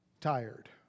tired